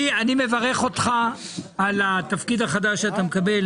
אני מברך אותך על התפקיד החדש שאתה מקבל,